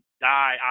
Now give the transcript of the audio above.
die